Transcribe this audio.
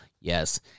Yes